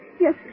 Yes